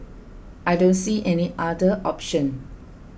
I don't see any other option